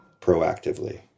proactively